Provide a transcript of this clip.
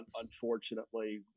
unfortunately